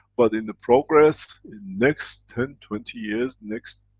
but in the progress, in next ten twenty years, next,